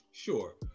Sure